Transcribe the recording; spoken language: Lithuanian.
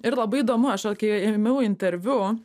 ir labai įdomu aš vat kai ėmiau interviu